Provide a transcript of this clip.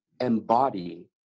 embody